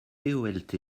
polt